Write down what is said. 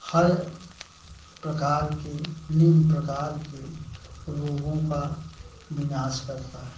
हर प्रकार के निम्न प्रकार के रोगों का विनाश करता है